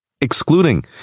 excluding